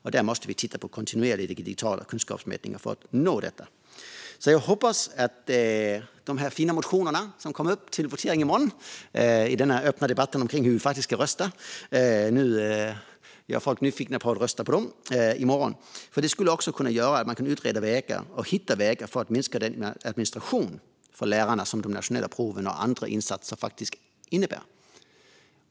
Vi måste titta på kontinuerlig digital kunskapsmätning för att nå detta. Jag hoppas att de fina motioner som kommit upp i den öppna debatten om hur vi ska rösta gör folk nyfikna på att rösta på dem i morgon. Det skulle kunna göra att man kan utreda det hela och hitta vägar för att minska den administration för lärarna som de nationella proven och andra insatser faktiskt innebär.